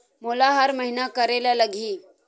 मोला हर महीना करे ल लगही?